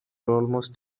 almost